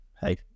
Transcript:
hey